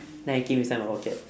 then I keep inside my pocket